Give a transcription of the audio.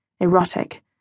Erotic